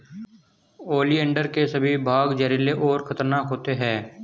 oleander के सभी भाग जहरीले और खतरनाक होते हैं